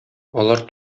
алар